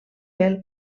pel